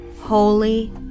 holy